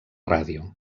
ràdio